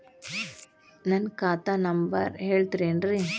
ನನ್ನ ಖಾತಾ ನಂಬರ್ ಹೇಳ್ತಿರೇನ್ರಿ?